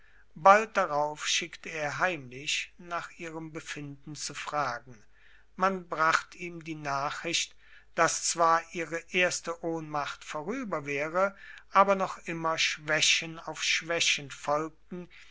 bald darauf schickte er heimlich nach ihrem befinden zu fragen man bracht ihm die nachricht daß zwar ihre erste ohnmacht vorüber wäre aber noch immer schwächen auf schwächen folgten